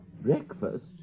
Breakfast